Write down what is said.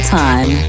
time